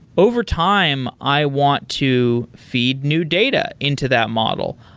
overtime, i want to feed new data into that model.